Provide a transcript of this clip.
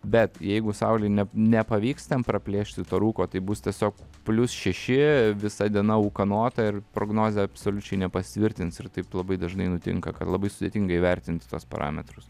bet jeigu saulei nepavyks ten praplėšti to rūko tai bus tiesiog plius šeši visa diena ūkanota ir prognozė absoliučiai nepasitvirtins ir taip labai dažnai nutinka ka labai sudėtinga įvertinti tuos parametrus